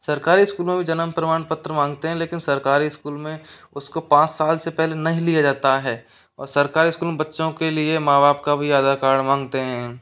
सरकारी स्कूलों में भी जन्म प्रमाण पत्र मांगते हैं लेकिन सरकारी स्कूल में उसको पाँच साल से पहले नहीं लिए जाता है और सरकारी स्कूल में बच्चों के लिए माँ बाप का भी आधार कार्ड मांगते हैं